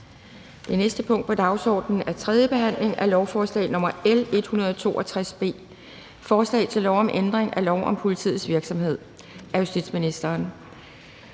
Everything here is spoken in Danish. næste punkt på dagsordenen er: 37) 3. behandling af lovforslag nr. L 173: Forslag til lov om ændring af lov om arbejdsløshedsforsikring